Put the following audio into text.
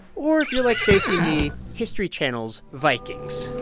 or if you're like stacey and me, history channel's vikings.